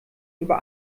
über